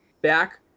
back